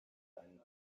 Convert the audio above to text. einen